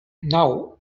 naŭ